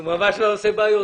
הוא ממש לא עושה בעיות.